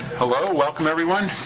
hello. welcome, everyone,